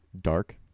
dark